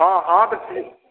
हँ हँ तऽ ठीक